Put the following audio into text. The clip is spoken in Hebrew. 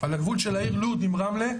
על הגבול של העיר לוד עם רמלה,